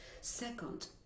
Second